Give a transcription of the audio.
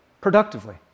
productively